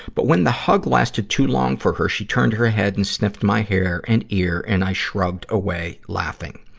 but when the hug lasted too long for her, she turned her head and sniffed my hair and ear and i shrugged away laughing.